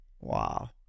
Wow